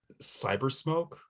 Cybersmoke